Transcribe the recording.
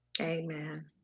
Amen